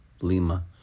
Lima